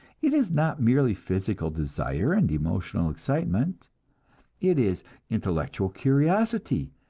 it is not merely physical desire and emotional excitement it is intellectual curiosity,